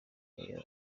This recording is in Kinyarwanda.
airlines